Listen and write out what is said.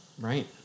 Right